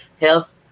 Health